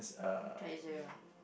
treasure ah